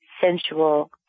sensual